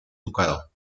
ducado